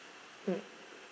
mm